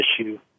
issue